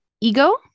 Ego